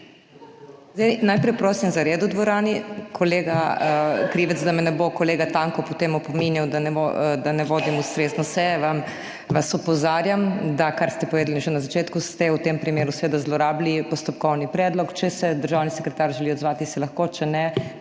Najprej prosim za red v dvorani. Kolega Krivec, da me ne bo kolega Tanko potem opominjal, da ne vodim ustrezno seje, vas opozarjam, kar ste povedali že na začetku, da ste v tem primeru seveda zlorabili postopkovni predlog. Če se državni sekretar želi odzvati, se lahko, če ne,